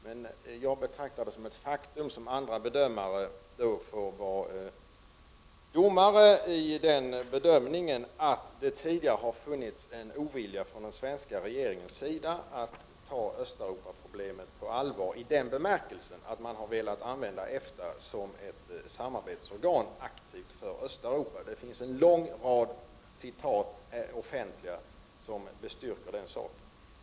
Men jag betraktar det som faktum — andra bedömare får här vara domare — att det tidigare funnits en ovilja från den svenska regeringens sida att ta Östeuropaproblemen på allvar, i den bemärkelsen att man aktivt velat använda EFTA som ett samarbetsorgan för Östeuropa. Det finns en lång rad offentliga citat som styrker den saken.